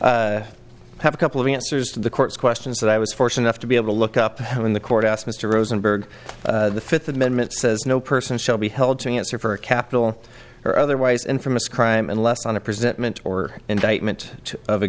rosenberg have a couple of answers to the court's questions that i was fortunate enough to be able to look up how in the courthouse mr rosenberg the fifth amendment says no person shall be held to answer for a capital or otherwise infamous crime unless on a present meant or indictment of a